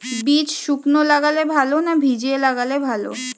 বীজ শুকনো লাগালে ভালো না ভিজিয়ে লাগালে ভালো?